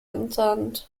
entente